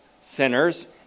sinners